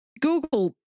google